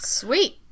sweet